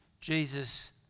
Jesus